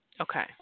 Okay